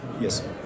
yes